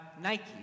Nike